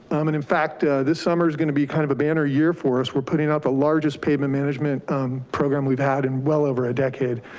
um and in fact, this summer is gonna be kind of a banner year for us, we're putting up the largest pavement management program we've had in well over a decade.